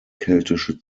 keltische